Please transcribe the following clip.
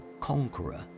conqueror